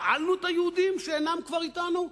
שאלנו את היהודים שאינם כבר אתנו?